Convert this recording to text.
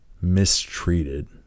mistreated